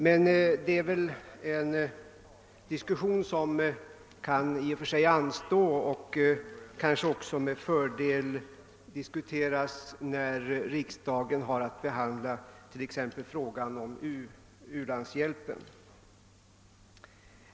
Men det är väl en diskussion som i och för sig kan anstå, och frågan kanske med fördel kan diskuteras när riksdagen har att behandla konkreta uttryck för den internationella solidariteten, t.ex. u-landshjälpen.